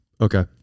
okay